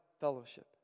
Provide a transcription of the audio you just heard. fellowship